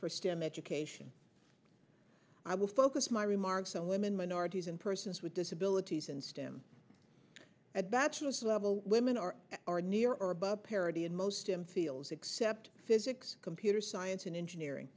for stem education i will focus my remarks on women minorities and persons with disabilities in stem at bachelor's level women are already near or above parity in most him fields except physics computer science and engineering